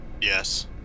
Yes